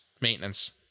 maintenance